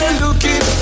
looking